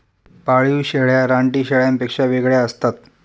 पाळीव शेळ्या रानटी शेळ्यांपेक्षा वेगळ्या असतात